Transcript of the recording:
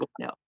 no